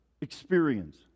experience